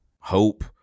hope